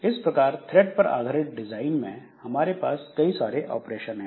इस प्रकार थ्रैड पर आधारित डिजाइन में हमारे पास कई सारे ऑपरेशन हैं